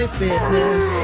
fitness